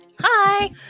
Hi